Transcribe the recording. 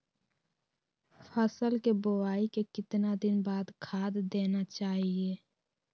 फसल के बोआई के कितना दिन बाद खाद देना चाइए?